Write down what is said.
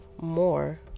more